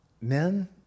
men